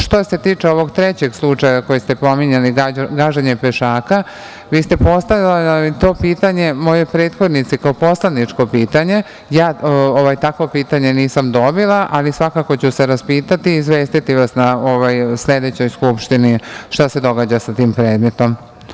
Što se tiče ovog trećeg slučaja koji ste spominjali - gaženje pešaka vi ste postavljali to pitanje mojoj prethodnici kao poslaničko pitanje, ja takvo pitanje nisam dobila, ali svakako ću se raspitati i izvestiti vas na sledećoj Skupštini šta se događa sa tim predmetom.